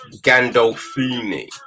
Gandolfini